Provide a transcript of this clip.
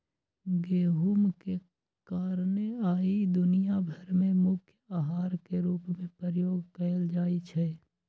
गेहूम के कारणे आइ दुनिया भर में मुख्य अहार के रूप में प्रयोग कएल जाइ छइ